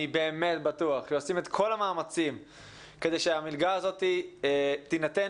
בטוח שהם עושים את כל המאמצים כדי שהמלגה הזו תינתן